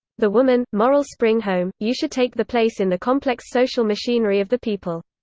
the woman, moral spring home, you should take the place in the complex social machinery of the people.